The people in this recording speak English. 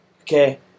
Okay